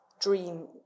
dream